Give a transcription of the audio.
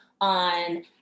on